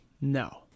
no